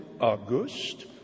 August